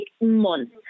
months